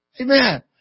Amen